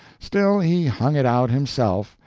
still, he hung it out himself,